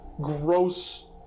gross